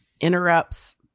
interrupts